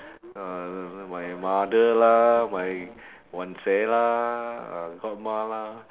uh my mother lah my lah uh godma lah